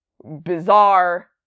bizarre